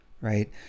right